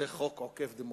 זה חוק עוקף דמוקרטיה.